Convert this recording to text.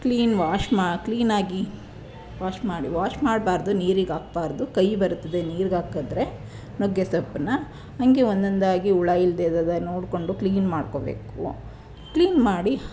clean wash ಮಾ ಕ್ಲೀನಾಗಿ wash ಮಾಡಿ ವಾಶ್ ನೀರಿಗೆ ಹಾಕ್ಬಾರ್ದು ಕಹಿ ಬರ್ತದೆ ನೀರಿಗೆ ಹಾಕಿದ್ರೆ ನುಗ್ಗೆಸೊಪ್ಪನ್ನು ಹಂಗೆ ಒಂದೊಂದಾಗಿ ಹುಳ ಇಲ್ಲದೇ ಇರೋದನ್ನು ನೋಡಿಕೊಂಡು ಕ್ಲೀನ್ ಮಾಡ್ಕೊಳ್ಬೇಕು ಕ್ಲೀನ್ ಮಾಡಿ